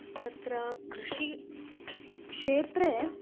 तत्र कृषिक्षेत्रे